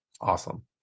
awesome